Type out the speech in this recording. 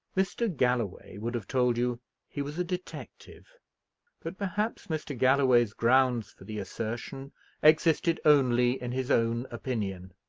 mr. galloway would have told you he was a detective but perhaps mr. galloway's grounds for the assertion existed only in his own opinion.